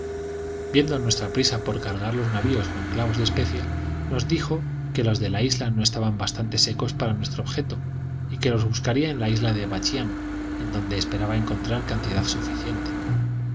viendo nuestra prisa por cargar los navios con clavos de especia nos dijo que los de la isla no estaban bastante secos para nuestro objeto y que los buscaría en la isla de bachián en donde esperaba encontrar cantidad suficiente